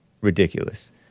Ridiculous